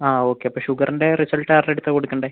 ആ ഓക്കെ അപ്പം ഷുഗറിൻ്റെ റിസൾട്ട് ആരുടെ അടുത്താണ് കൊടുക്കേണ്ടത്